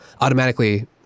automatically